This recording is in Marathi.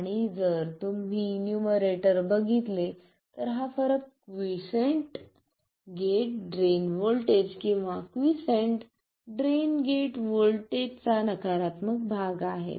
आणि जर तुम्ही न्यूमरेटर बघितले तर हा फरक क्वीसेंट गेट ड्रेन व्होल्टेज किंवा क्वीसेंट ड्रेन गेट व्होल्टेजचा नकारात्मक भाग आहे